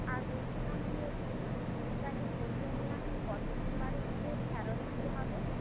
আর বলছিলাম যে বইটা যে পড়তে নিয়ে আসবো কত দিন বাদের ফেরত দিতে হবে